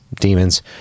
demons